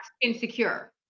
insecure